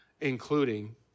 including